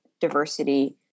diversity